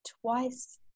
twice